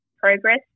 progress